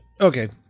Okay